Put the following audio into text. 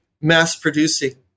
mass-producing